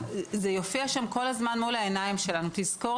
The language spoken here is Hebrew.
אנחנו רואים שמרביתם קרו כשלא היו שירותי הצלה